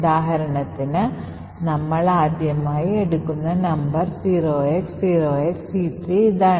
ഉദാഹരണത്തിനായി നമ്മൾ ആദ്യമായി എടുക്കുന്ന നമ്പർ 0x0XC3 ഇതാണ്